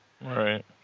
Right